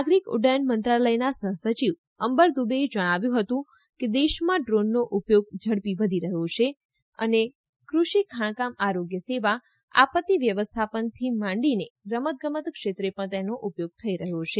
નાગરિક ઉદ્દયન મંત્રાલયના સહ સચિવ અંબર દુબેએ જણાવ્યું હતું કે દેશમાં ડ્રોનનો ઉપયોગ ઝડપી વધી રહ્યો છે અને કૃષિ ખાણકામ આરોગ્ય સેવા આપત્તિ વ્યવસ્થાપનથી માંડીને રમતગમત ક્ષેત્રે પણ તેનો ઉપયોગ થઈ રહ્યો છે